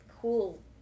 cool